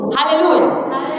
Hallelujah